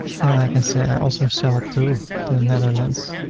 and then i can say i also sell to the netherlands.